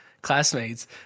classmates